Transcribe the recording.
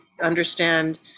understand